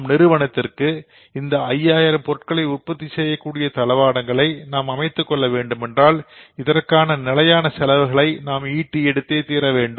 நம் நிறுவனத்திற்கு இந்த 5000 பொருட்களை உற்பத்தி செய்யக்கூடிய தளவாடங்களை நாம் அமைத்துக் கொள்ள வேண்டுமென்றால் இதற்க்கான நிலையான செலவுகளை நாம் ஈட்டி எடுத்தே தீர வேண்டும்